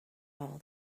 all